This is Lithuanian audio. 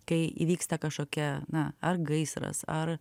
kai įvyksta kažkokia na ar gaisras ar